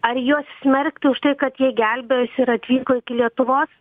ar juos smerkti už tai kad jie gelbėjosi ir atvyko iki lietuvos